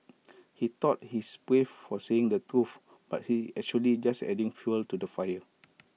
he thought he's brave for saying the truth but he's actually just adding fuel to the fire